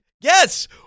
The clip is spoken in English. yes